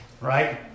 right